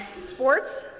sports